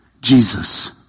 Jesus